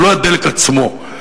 הוא לא הדלק עצמו,